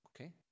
Okay